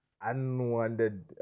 unwanted